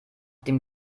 dem